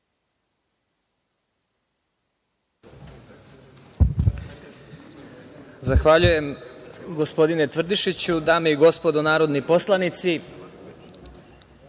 Zahvaljujem gospodine Tvrdišiću. Dame i gospodo narodni poslanici,